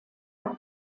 rock